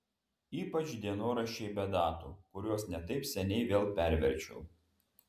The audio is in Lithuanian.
ypač dienoraščiai be datų kuriuos ne taip seniai vėl perverčiau